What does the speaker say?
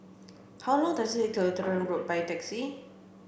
how long does it take to Lutheran Road by taxi